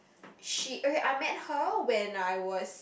she okay I met her when I was